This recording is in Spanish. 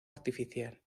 artificial